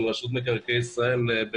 של רשות מקרקעי ישראל,